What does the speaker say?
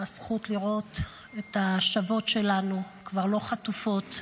והזכות לראות את השבות שלנו כבר לא חטופות.